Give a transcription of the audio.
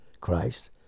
Christ